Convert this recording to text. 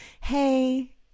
hey